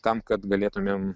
tam kad galėtumėm